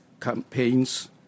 campaigns